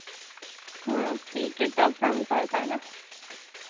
हाँ ठीक है तो आप शाम को आ जाना